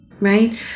right